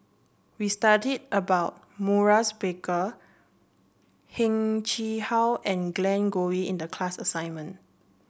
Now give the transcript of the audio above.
we studied about Maurice Baker Heng Chee How and Glen Goei in the class assignment